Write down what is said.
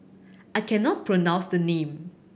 I cannot pronounce the name